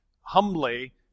humbly